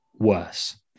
worse